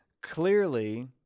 Clearly